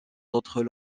d’autres